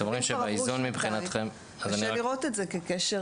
אם עברו שנתיים קשה לראות את זה כקשר